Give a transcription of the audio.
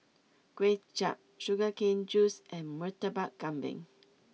Kuay Chap Sugar Cane Juice and Murtabak Kambing